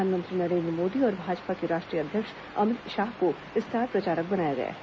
प्रधानमंत्री नरेंद्र मोदी और भाजपा के राष्ट्रीय अध्यक्ष अमित शाह को स्टार प्रचारक बनाया गया है